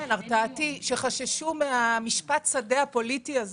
נכון, שחששו ממשפט השדה הפוליטי הזה.